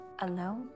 Alone